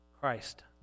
Christ